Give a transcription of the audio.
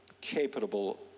capable